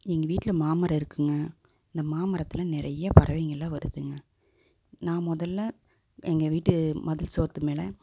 எங்கள் வீட்டில் மாமரம் இருக்குதுங்க அந்த மாமரத்தில் நிறைய பறவைங்கள்லாம் வருதுங்க நான் முதல்ல எங்கள் வீட்டு மதில் செவத்து மேல்